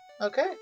Okay